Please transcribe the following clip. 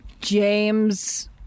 James